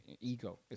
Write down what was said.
ego